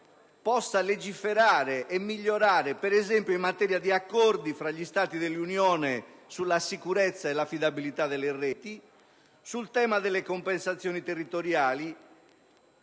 possa legiferare e migliorare per esempio in materia di accordi fra gli Stati dell'Unione europea sulla sicurezza e l'affidabilità delle reti, sul tema delle compensazioni territoriali e